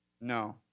No